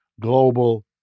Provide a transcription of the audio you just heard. global